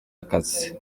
akazi